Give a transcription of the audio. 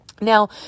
Now